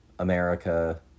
America